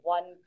One